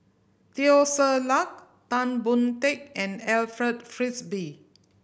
Teo Ser Luck Tan Boon Teik and Alfred Frisby